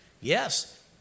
Yes